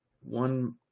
one